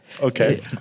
Okay